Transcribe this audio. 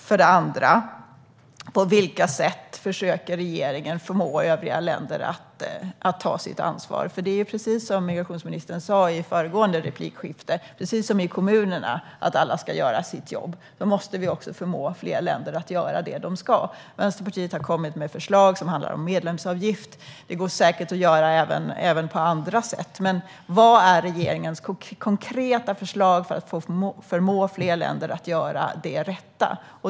För det andra: På vilka sätt försöker regeringen få övriga länder att ta sitt ansvar? Precis som migrationsministern sa i föregående replikskifte om kommunerna ska alla göra sitt jobb. Då måste vi också förmå fler länder att göra det de ska. Vänsterpartiet har kommit med förslag som handlar om medlemsavgift. Det går säkert att göra även på andra sätt. Vad är regeringens konkreta förslag för att förmå fler länder att göra det rätta?